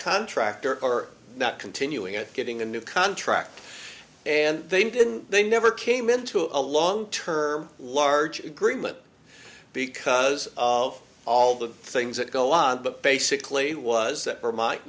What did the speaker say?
contractor or not continuing it getting a new contract and they didn't they never came into a long term large agreement because of all the things that go on basically was